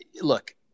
look